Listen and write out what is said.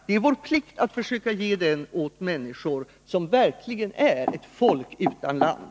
Det är vår plikt att försöka ge den åt människor som verkligen kan sägas tilhöra ett folk utan land.